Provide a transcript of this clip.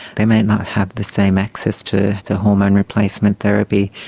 they may not have the same access to to hormone replacement therapy,